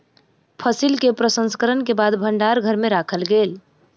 फसिल के प्रसंस्करण के बाद भण्डार घर में राखल गेल